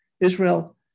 Israel